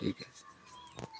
ଠିକ୍ ଅଛି